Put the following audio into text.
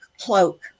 cloak